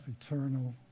eternal